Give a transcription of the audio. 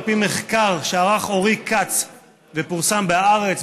על פי מחקר שערך אורי כץ ופורסם בהארץ,